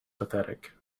pathetic